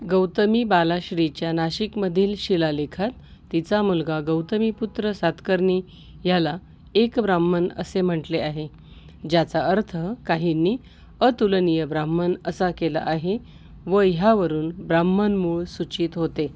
गौतमी बालाश्रीच्या नाशिकमधील शिलालेखात तिचा मुलगा गौतमीपुत्र सातकर्णी याला एक ब्राह्मण असे म्हटले आहे ज्याचा अर्थ काहींनी अतुलनीय ब्राह्मण असा केला आहे व ह्यावरून ब्राह्मण मूळ सूचित होते